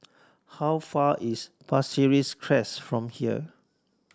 how far is Pasir Ris Crest from here